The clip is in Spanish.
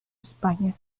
españa